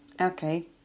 Okay